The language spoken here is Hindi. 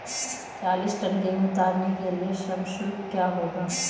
चालीस टन गेहूँ उतारने के लिए श्रम शुल्क क्या होगा?